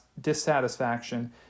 dissatisfaction